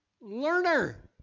learner